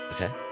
Okay